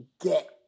get